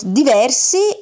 diversi